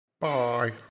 Bye